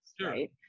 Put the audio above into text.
right